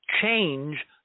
change